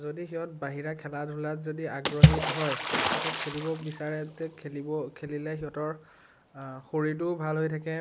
যদি সিহঁত বাহিৰা খেল ধূলাত যদি আগ্ৰহী হয় সিহঁতে খেলিব বিচাৰে তে খেলিব খেলিলে সিহঁতৰ শৰীৰটোও ভাল হৈ থাকে